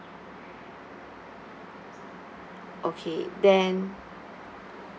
okay then